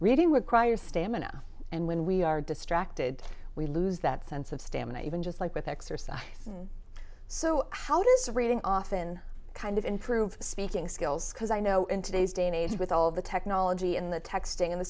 reading requires stamina and when we are distracted we lose that sense of stamp even just like with exercise so how does reading often kind of improve speaking skills because i know in today's day and age with all the technology in the texting in the